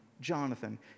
Jonathan